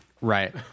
Right